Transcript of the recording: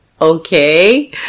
okay